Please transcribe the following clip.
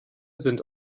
sind